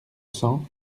cents